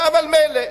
אבל מילא,